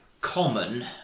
common